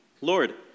Lord